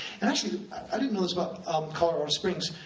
and actually, i didn't know this about colorado springs,